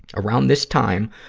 around this time,